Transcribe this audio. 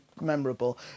memorable